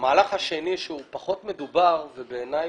המהלך השני שהוא פחות מדובר ובעיניי